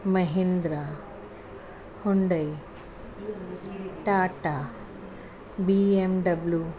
Mahindra Hyundai Tata BMW